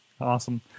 Awesome